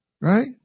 Right